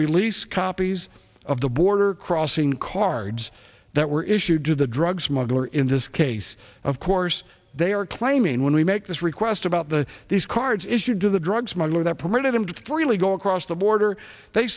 release copies of the border crossing cards that were issued to the drug smuggler in this case of course they are claiming when we make this request about the these cards issued to the drug smuggler that permitted them to freely go across the border they